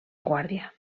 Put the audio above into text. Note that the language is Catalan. guàrdia